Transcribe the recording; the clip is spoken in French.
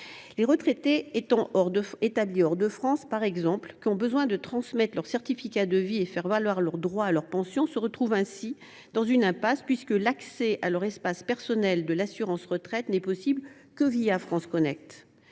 Les retraités établis hors de France, par exemple, qui ont besoin de transmettre leur certificat de vie et de faire valoir leurs droits à pension, se trouvent ainsi dans une impasse : l’accès à leur espace personnel de l’assurance retraite n’est possible que FranceConnect.